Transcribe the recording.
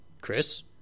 Chris